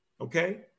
okay